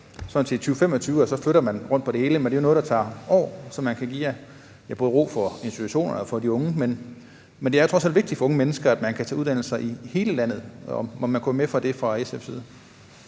man i 2025 flytter rundt på det hele, men at det er noget, der tager år – så man kan give ro både til institutionerne og de unge. Men det er trods alt vigtigt for unge mennesker, at man kan tage uddannelser i hele landet, kunne man mon være med på det fra SF's side?